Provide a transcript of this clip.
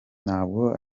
ntabwo